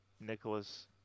Nicholas